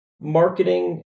marketing